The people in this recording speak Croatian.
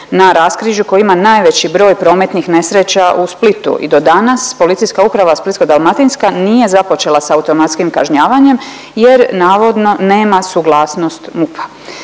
na raskrižju koje ima najveći broj prometnih nesreća u Splitu i do danas PU Splitsko-dalmatinska nije započela s automatskim kažnjavanjem jer navodno nema suglasnost MUP-a.